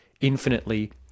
infinitely